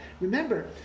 remember